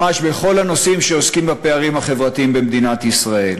ממש בכל הנושאים שעוסקים בפערים החברתיים במדינת ישראל.